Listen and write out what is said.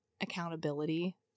accountability